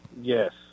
Yes